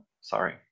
sorry